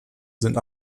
sind